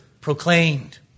proclaimed